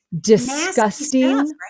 disgusting